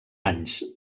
anys